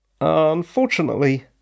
Unfortunately